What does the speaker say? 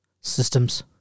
Systems